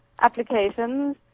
applications